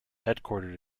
headquartered